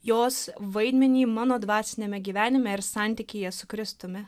jos vaidmenį mano dvasiniame gyvenime ir santykyje su kristumi